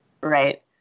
right